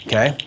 Okay